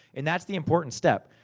and that's the important step.